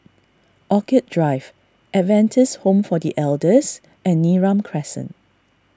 Orchid Drive Adventist Home for the Elders and Neram Crescent